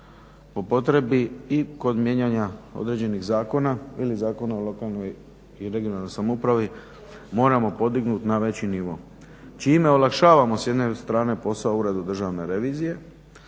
po potrebi i kod mijenjanja određenih zakona ili Zakona o lokalnoj i regionalnoj samoupravi moramo podignuti na veći nivo čime olakšavamo s jedne strane posao Uredu državne revizije,